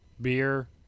beer